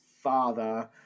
father